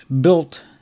built